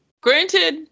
granted